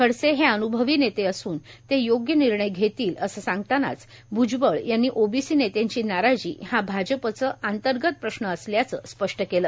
खडसे हे अन्भवी नेते असून ते योग्य निर्णय घेतील असे सांगतानाच भ्जबळ यांनी ओबीसी नेत्यांची नाराजी हा भाजपाच अंतर्गत प्रश्न असल्याचंही स्पष्ट केलं